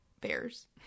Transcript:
Bears